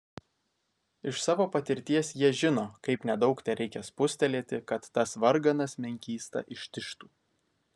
iš savo patirties jie žino kaip nedaug tereikia spustelėti kad tas varganas menkysta ištižtų